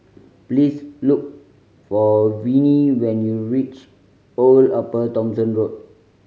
please look for Vinie when you reach Old Upper Thomson Road